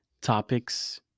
topics